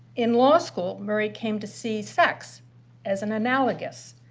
in law school, murray came to see sex as an analogous